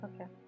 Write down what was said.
Okay